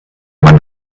man